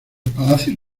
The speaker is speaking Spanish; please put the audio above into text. palacios